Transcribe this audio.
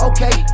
Okay